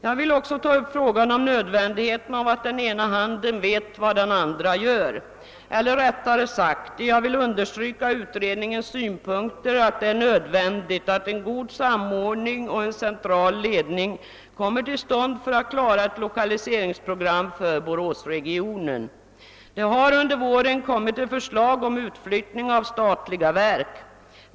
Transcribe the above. Jag vill också betona nödvändigheten av att den ena handen vet vad den andra gör eller rättare sagt understryka utredningens synpunkter att det är nödvändigt att en god samordning och en central ledning kommer till stånd för att klara ett lokaliseringsprogram för Boråsregionen. Det har under våren framlagts förslag om utflyttning av statliga verk.